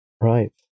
Right